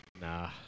Nah